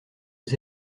aux